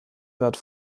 wird